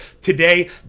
today